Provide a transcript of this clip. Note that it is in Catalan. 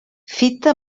fita